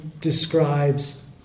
describes